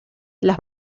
las